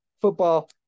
football